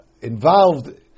involved